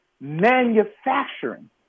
manufacturing